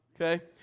Okay